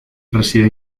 reside